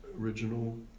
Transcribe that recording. original